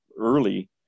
early